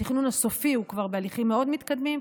התכנון הסופי הוא כבר בהליכים מאוד מתקדמים,